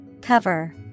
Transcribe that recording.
Cover